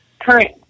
current